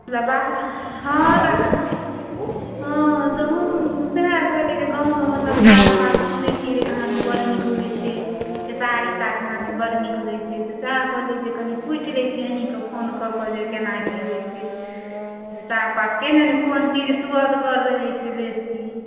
हँ हँ तऽ हँ हम सैह कहलिऐ जे गाँवमे मतलब साग पात सुनए छी जे कहाँ दन बड नीक होइ छै खेसारी साग कहाँ दन बड नीक होइ छै तऽ सैह कहलिऐ जे कनी पूछि लए छिअनि हिनका फोनके की केना की होइ छै साग पात केहन कोन चीज स्वदगर रहए छै बेसी